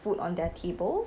food on their tables